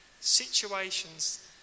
situations